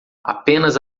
apenas